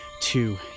two